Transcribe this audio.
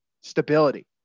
stability